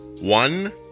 One